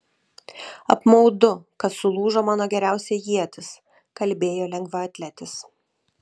apmaudu kad sulūžo mano geriausia ietis kalbėjo lengvaatletis